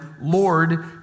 Lord